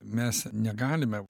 mes negalime